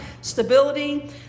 stability